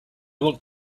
locked